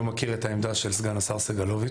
אני לא מכיר את העמדה של סגן השר סגלוביץ',